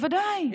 בוודאי, בוודאי.